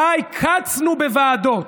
די, קצנו בוועדות.